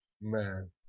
Man